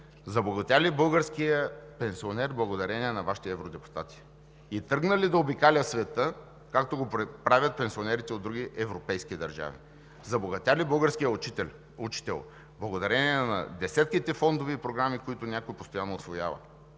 Забогатя ли българският пенсионер благодарение на Вашите евродепутати? И тръгна ли да обикаля света, както правят пенсионерите от други европейски държави? Забогатя ли българският учител благодарение на десетките фондове и програми, които някой постоянно усвоява?